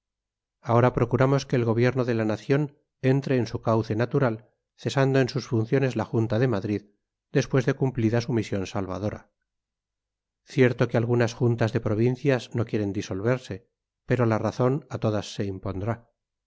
ahora procuramos que el gobierno de la nación entre en su cauce natural cesando en sus funciones la junta de madrid después de cumplida su misión salvadora cierto que algunas juntas de provincias no quieren disolverse pero la razón a todas se impondrá